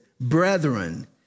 brethren